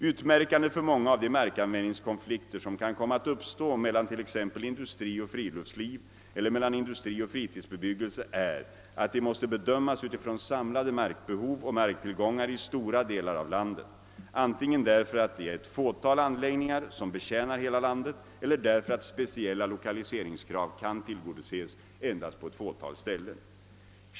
Utmärkande för många av de markanvändningskonflikter, som kan komma att uppstå mellan till exempel industri och friluftsliv eller mellan industri och fritidsbebyggelse, är att de måste bedömas utifrån samlade markbehov och marktillgångar i stora delar av landet, antingen därför att det här är ett fåtal anläggningar som betjänar hela landet eller därför att speciella lokaliseringskrav kan tillgodoses endast på ett fåtal ställen.